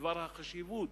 בדבר החשיבות